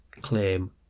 claim